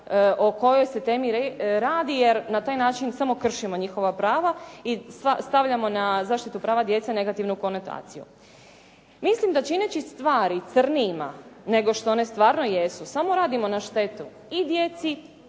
o kojoj se temi radi jer na taj način samo kršimo njihova prava i stavljamo na zaštitu prava djece negativnu konotaciju. Mislim da čineći stvari crnjima nego što one stvarno jesu samo radimo na štetu i djeci